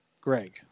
Greg